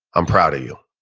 i'm proud of you.